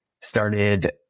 started